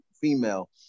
female